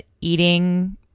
eating